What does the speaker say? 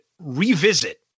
Revisit